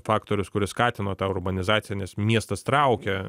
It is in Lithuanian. faktorius kuris skatino tą urbanizaciją nes miestas traukė